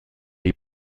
les